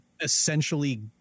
essentially